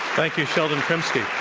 thank you, sheldon krimsky.